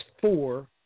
four